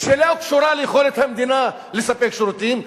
לא קשורה ליכולת המדינה לספק שירותים,